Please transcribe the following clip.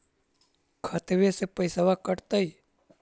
खतबे से पैसबा कटतय?